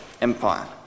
empire